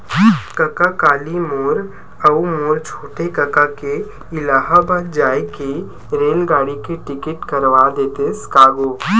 कका काली मोर अऊ मोर छोटे कका के इलाहाबाद जाय के रेलगाड़ी के टिकट करवा देतेस का गो